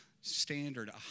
standard